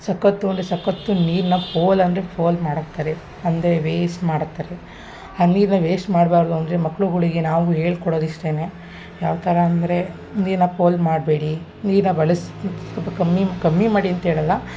ಸಖತ್ತು ಅಂದರೆ ಸಖತ್ತು ನೀರನ್ನ ಪೋಲು ಅಂದರೆ ಪೋಲು ಮಾಡಾಕ್ತಾರೆ ಅಂದರೆ ವೇಸ್ಟ್ ಮಾಡಾಕ್ತಾರೆ ಆ ನೀರನ್ನ ವೇಶ್ಟ್ ಮಾಡಬಾರ್ದು ಅಂದರೆ ಮಕ್ಳುಗಳಿಗೆ ನಾವು ಹೇಳ್ಕೊಡದ್ ಇಷ್ಟೇ ಯಾವ ಥರ ಅಂದರೆ ನೀರನ್ನ ಪೋಲು ಮಾಡಬೇಡಿ ನೀರನ್ನ ಬಳಸಿ ಸ್ವಲ್ಪ ಕಮ್ಮಿ ಕಮ್ಮಿ ಮಾಡಿ ಅಂತ ಹೇಳಲ್ಲ